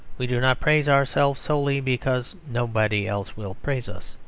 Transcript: we do not praise ourselves solely because nobody else will praise us.